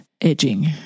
edging